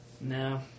No